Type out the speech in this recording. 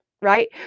right